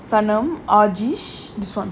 sanam ajeedh this [one]